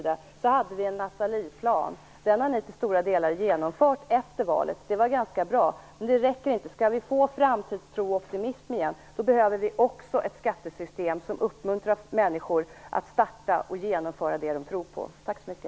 Den har socialdemokraterna till stora delar genomfört efter valet. Det var ganska bra. Men det räcker inte. Skall vi få framtidstro och optimism igen då behöver vi också ett skattesystem som uppmuntrar människor att starta och genomföra det som de tror på.